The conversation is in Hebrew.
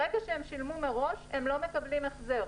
ברגע שהם שילמו מראש הם לא מקבלים החזר.